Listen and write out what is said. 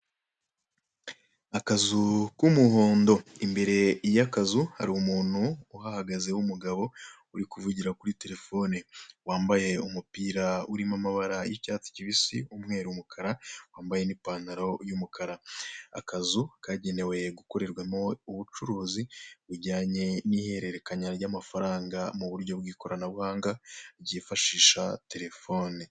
Akazu k'umuhondo, imbere y'akazu hari umuntu uhahagaze w'umugabo uri kuvugira kuri telefone, wambaye umupira urimo amabara y'icyatsi kibisi, umweru, umukara; wambaye n'ipantaro y'umukara. Akazu kagenewe gukorerwamo ubucuruzi bujyanye n'ihererekanya ry'amafaranga mu buryo bw'ikoranabuhanga, ryifashisha telefone.